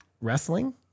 Wrestling